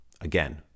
again